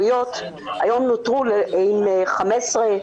היום נותרו עם 15,